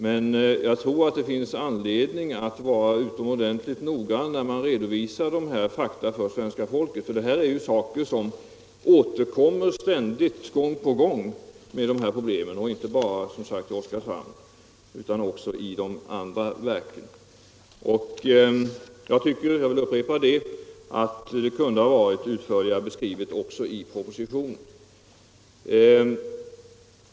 Men jag tror att det finns anledning att vara utomordentligt noggrann när man redovisar dessa fakta för svenska folket — dessa problem återkommer ju gång på gång, inte bara i Oskarshamn utan också i de andra verken. Jag tycker — jag vill upprepa det — att de kunde ha varit utförligare beskrivna också i propositionen.